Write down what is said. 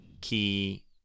key